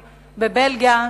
בבלגיה,